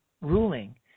ruling